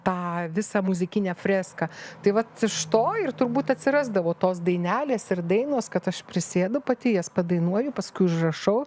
tą visą muzikinę freską tai vat iš to ir turbūt atsirasdavo tos dainelės ir dainos kad aš prisėdu pati jas padainuoju paskui užrašau